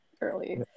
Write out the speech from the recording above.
early